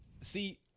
See